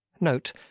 note